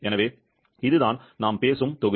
எனவே இதுதான் நாம் பேசும் தொகுதி